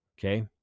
okay